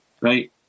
Right